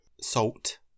Salt